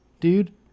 dude